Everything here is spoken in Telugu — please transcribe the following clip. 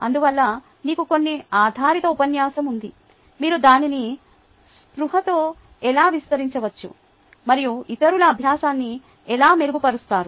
అందువల్ల మీకు కొన్ని ఆధారిత ఉపన్యాసం ఉంది మీరు దానిని స్పృహతో ఎలా విస్తరించవచ్చు మరియు ఇతరుల అభ్యాసాన్ని ఎలా మెరుగుపరుస్తారు